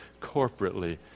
corporately